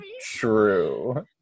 true